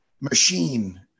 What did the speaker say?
machine